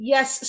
Yes